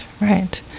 right